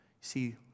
See